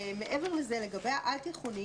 מעבר לזה, לגבי העל-תיכוני